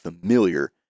familiar